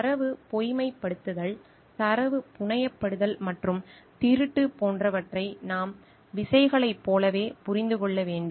தரவு பொய்மைப்படுத்தல் தரவு புனையப்படுதல் மற்றும் திருட்டு போன்றவற்றை நாம் விசைகளைப் போலவே புரிந்து கொள்ள வேண்டும்